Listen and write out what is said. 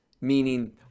Meaning